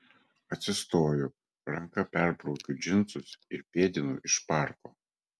atsistoju ranka perbraukiu džinsus ir pėdinu iš parko